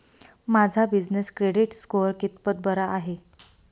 माझा business credit score कितपत बरा आहे?